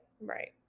right